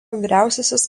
vyriausiasis